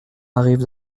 arrive